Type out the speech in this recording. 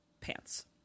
pants